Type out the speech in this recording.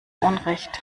unrecht